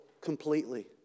completely